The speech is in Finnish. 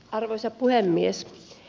arvoisa puhemies